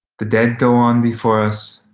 the dead go on before us,